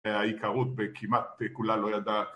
העיקרות בכמעט כולה לא ידעה